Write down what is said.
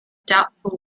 doubtful